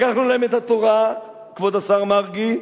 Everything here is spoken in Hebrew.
לקחנו להם את התורה, כבוד השר מרגי,